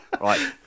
right